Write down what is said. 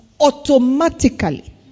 automatically